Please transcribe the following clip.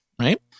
Right